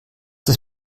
das